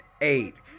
eight